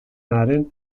haren